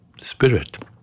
spirit